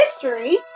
history